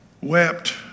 wept